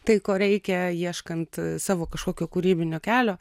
tai ko reikia ieškant savo kažkokio kūrybinio kelio